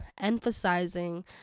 emphasizing